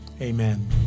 Amen